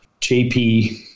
JP